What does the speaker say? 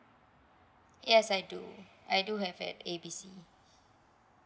yes I do I do have at A B C